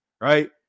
Right